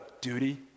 duty